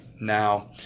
Now